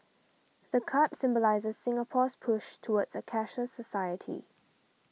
the card symbolises Singapore's push towards a cashless society